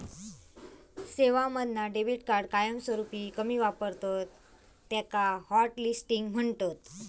सेवांमधना debit card कायमस्वरूपी कमी वापरतत त्याका हॉटलिस्टिंग म्हणतत